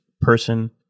person